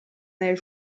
nel